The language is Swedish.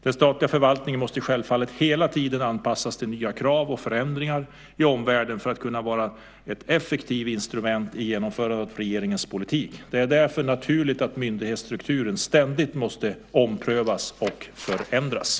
Den statliga förvaltningen måste självfallet hela tiden anpassas till nya krav och förändringar i omvärlden för att kunna vara ett effektivt instrument i genomförandet av regeringens politik. Det är därför naturligt att myndighetsstrukturen ständigt måste omprövas och förändras.